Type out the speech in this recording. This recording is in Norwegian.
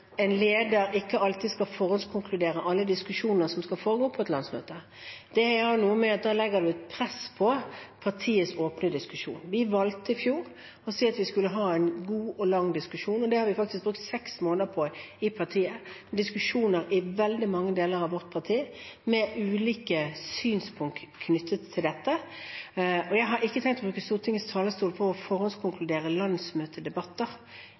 en leder ikke alltid skal forhåndskonkludere alle diskusjoner som skal foregå på et landsmøte. Det har noe med at da legger man et press på partiets åpne diskusjon. Vi valgte i fjor å si at vi skulle ha en god og lang diskusjon, og det har vi faktisk brukt seks måneder på i partiet – diskusjoner i veldig mange deler av vårt parti med ulike synspunkter knyttet til dette. Jeg har ikke tenkt å bruke Stortingets talerstol til å forhåndskonkludere landsmøtedebatter